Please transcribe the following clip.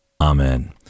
Amen